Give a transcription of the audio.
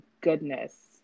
goodness